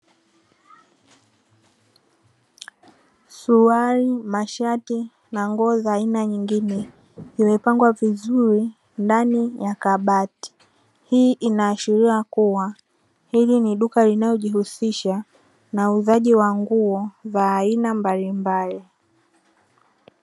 Suruali, mashati na nguo za aina nyingine zimepangwa vizuri ndani ya kabati, hii inaashiria kuwa hili ni duka linalojihusisha na uuzaji wa nguo za aina mbalimbali.